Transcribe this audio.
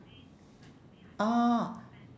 orh